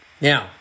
Now